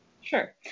Sure